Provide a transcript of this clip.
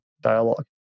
dialogue